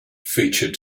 featured